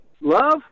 Love